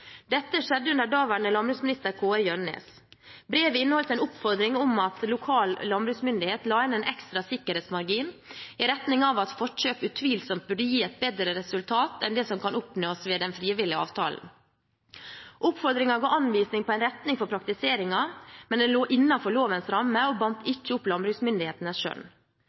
Dette skjedde under daværende landbruksminister Kåre Gjønnes. Brevet inneholdt en oppfordring om at lokal landbruksmyndighet la inn en ekstra sikkerhetsmargin i retning av at forkjøp utvilsomt burde gi et bedre resultat enn det som kan oppnås ved den frivillige avtalen. Oppfordringen ga anvisning på en retning for praktiseringen, men den lå innenfor lovens ramme, og bandt ikke opp landbruksmyndighetenes skjønn.